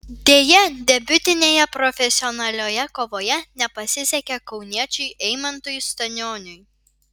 deja debiutinėje profesionalioje kovoje nepasisekė kauniečiui eimantui stanioniui